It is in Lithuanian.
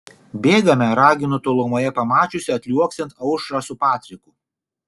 bėgame raginu tolumoje pamačiusi atliuoksint aušrą su patriku